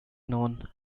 known